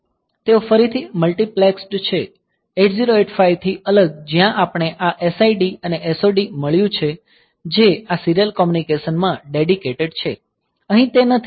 તેઓ ફરીથી મલ્ટિપ્લેક્સ્ડ છે 8085 થી અલગ જ્યાં આપણને આ SID અને SOD મળ્યું છે જે આ સીરીયલ કોમ્યુનિકેશન માટે ડેડીકેટેડ છે અહીં તે નથી